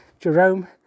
Jerome